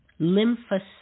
Lymphocytes